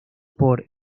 por